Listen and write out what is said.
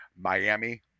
Miami